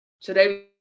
today